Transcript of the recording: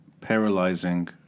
paralyzing